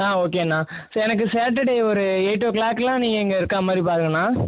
ஆ okay அண்ணா எனக்கு Saturday ஒரு எய்ட் ஒ கிளாக்கில் நீங்கள் இங்கே இருக்கிறா மாதிரி பாருங்கள் அண்ணா